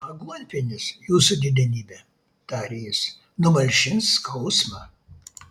aguonpienis jūsų didenybe tarė jis numalšins skausmą